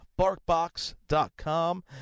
barkbox.com